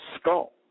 skull